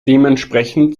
dementsprechend